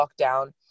lockdown